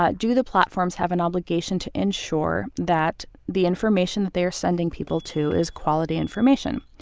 ah do the platforms have an obligation to ensure that the information that they're sending people to is quality information?